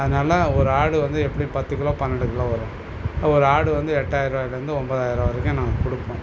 அதுனால ஒரு ஆடு வந்து எப்படியும் பத்து கிலோ பன்னெண்டு கிலோ வரும் ஒரு ஆடு வந்து எட்டாயர்ரூவாலருந்து ஒம்பதாயர்வா வரைக்கும் நாங்கள் கொடுப்போம்